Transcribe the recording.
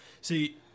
see